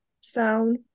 sound